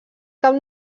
cap